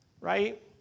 right